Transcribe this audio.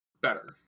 better